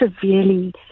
severely